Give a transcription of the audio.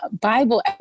Bible